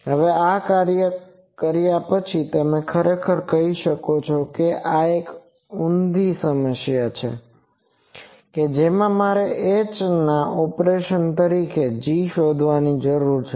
હવે આ કર્યા પછી ખરેખર તમે કહી શકો છો કે આ એક ઊંધી સમસ્યા છે કે જેમાં મારે hના ઓપરેશન તરીકે g શોધવાની જરૂર છે